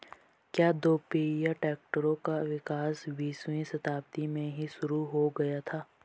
क्या दोपहिया ट्रैक्टरों का विकास बीसवीं शताब्दी में ही शुरु हो गया था?